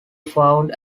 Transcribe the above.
found